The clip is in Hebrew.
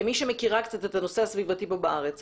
כמי שמכירה קצת את הנושא הסביבתי בארץ,